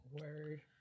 word